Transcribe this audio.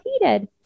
heated